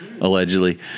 allegedly